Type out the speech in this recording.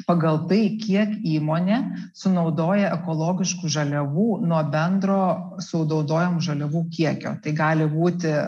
pagal tai kiek įmonė sunaudoja ekologiškų žaliavų nuo bendro sunaudojamų žaliavų kiekio tai gali būti